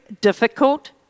difficult